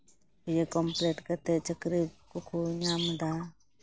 ᱵᱤᱭᱮ complete ᱠᱟᱛᱮᱫ ᱪᱟᱹᱠᱨᱤ ᱠᱚᱠᱚ ᱧᱟᱢ ᱮᱫᱟ